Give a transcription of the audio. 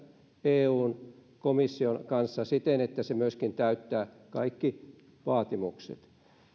eun komission kanssa siten että se myöskin täyttää kaikki vaatimukset